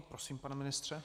Prosím, pane ministře.